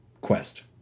quest